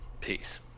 peace